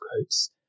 quotes